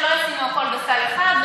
שלא ישימו הכול בסל אחד,